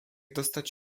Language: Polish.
dostać